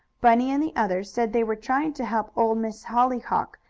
bunny and the others said they were trying to help old miss hollyhock,